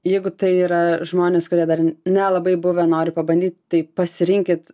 jeigu tai yra žmonės kurie dar n nelabai buvę nori pabandyt tai pasirinkit